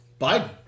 Biden